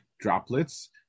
droplets